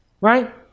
Right